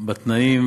בתנאים